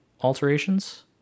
alterations